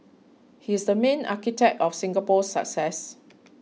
he's the main architect of Singapore's success